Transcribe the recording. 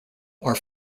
are